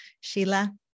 Sheila